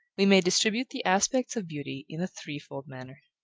we may distribute the aspects of beauty in a threefold manner.